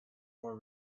were